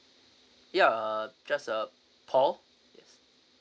ya uh just uh paul